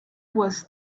was